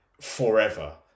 forever